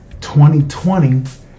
2020